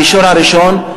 המישור הראשון,